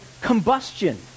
combustion